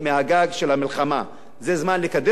זה זמן לקדם שלום ולא לקדם מלחמה.